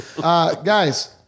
Guys